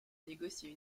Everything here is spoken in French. négocier